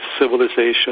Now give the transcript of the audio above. civilization